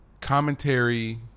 Commentary